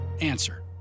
Answer